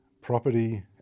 property